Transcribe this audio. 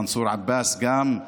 מנסור עבאס גם,